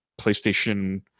PlayStation